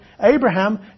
Abraham